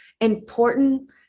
important